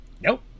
nope